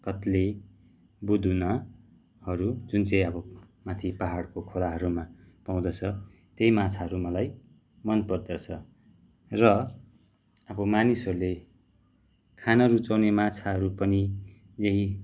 कत्ले बुदुनाहरू जुन चाहिँ अब माथि पहाडको खोलाहरूमा पाउँदछ त्यही माछाहरू मलाई मन पर्दछ र अब मानिसहरूले खान रुचाउने माछाहरू पनि यही